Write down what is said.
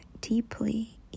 deeply